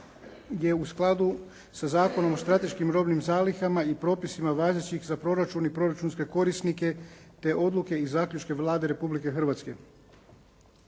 u skladu sa Zakonom o strateškim robnim zalihama i propisima važećih za proračun i proračunske korisnike te odluke i zaključke Vlade Republike Hrvatske.